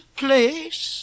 place